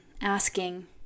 asking